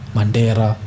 Mandera